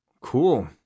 Cool